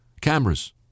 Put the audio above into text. Cameras